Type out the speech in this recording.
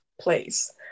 place